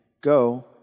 Go